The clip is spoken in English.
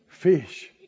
Fish